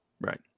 right